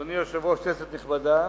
אדוני היושב-ראש, כנסת נכבדה,